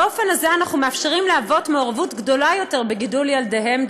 באופן הזה אנחנו מאפשרים לאבות מעורבות גדולה יותר בגידול ילדיהם,